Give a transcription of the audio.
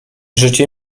życie